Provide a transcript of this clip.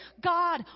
God